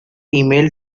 email